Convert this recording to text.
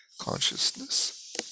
consciousness